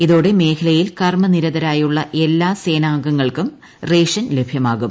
ഇതോടെ മേഖലയിൽ കർമനിരതരായുള്ള എല്ലാ സേനാംഗങ്ങൾക്കും റേഷൻ ലഭ്യമാകും